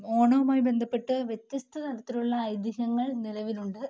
ഓണവുമായി ബന്ധപ്പെട്ട് വ്യത്യസ്തതരത്തിലുള്ള ഐതിഹ്യങ്ങൾ നിലവിലുണ്ട്